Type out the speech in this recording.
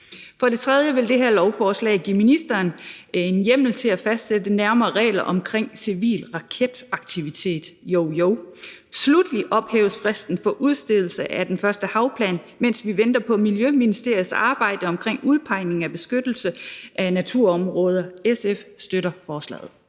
Derudover vil det her lovforslag give ministeren en hjemmel til at fastsætte nærmere regler om civil raketaktivitet – jo jo. Sluttelig ophæves fristen for udstedelse af den første havplan, mens vi venter på Miljøministeriets arbejde med udpegning af naturområder, der skal beskyttes. SF støtter forslaget.